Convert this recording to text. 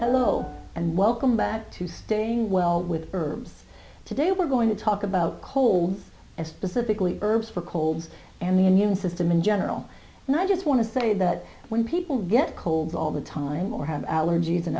oh and welcome back to stay well with herbs today we're going to talk about colds and specifically herbs for colds and the immune system in general and i just want to say that when people get colds all the time or have allergies and